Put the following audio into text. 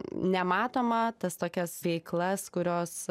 nematomą tas tokias veiklas kurios